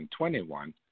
2021